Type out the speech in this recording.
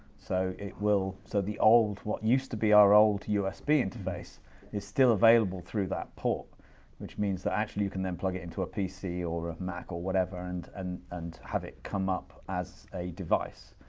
so it will, so the old, what used to be our old usb interface is still available through that port which means that actually you can then plug it into a pc or a mac or whatever, and and and have it come up as a device,